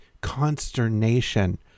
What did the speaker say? consternation